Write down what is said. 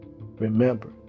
Remember